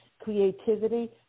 creativity